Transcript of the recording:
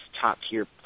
top-tier